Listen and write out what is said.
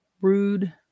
rude